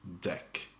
deck